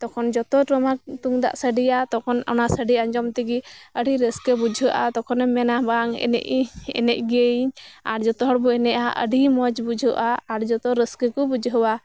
ᱛᱚᱠᱷᱚᱱ ᱡᱚᱛᱚ ᱴᱟᱢᱟᱠ ᱛᱩᱢᱫᱟᱜ ᱥᱟᱰᱮᱭᱟ ᱛᱚᱠᱷᱚᱱ ᱚᱱᱟ ᱥᱟᱰᱮ ᱟᱸᱡᱚᱢ ᱛᱮᱜᱮ ᱟᱹᱰᱤ ᱨᱟᱹᱥᱠᱟᱹ ᱵᱩᱡᱷᱟᱹᱜᱼᱟ ᱛᱚᱠᱷᱚᱱᱮᱢ ᱢᱮᱱᱟ ᱵᱟᱝ ᱮᱱᱮᱡ ᱮᱱᱮᱡ ᱜᱤᱭᱟᱹᱧ ᱟᱨ ᱡᱚᱛᱚ ᱦᱚᱲ ᱵᱚ ᱮᱱᱮᱡ ᱟ ᱟᱰᱤ ᱢᱚᱸᱡᱽ ᱵᱩᱡᱷᱟᱹᱜᱼᱟ ᱟᱨ ᱡᱚᱛᱚ ᱨᱟᱹᱥᱠᱟᱹ ᱠᱚ ᱵᱩᱡᱷᱟᱹᱣᱟ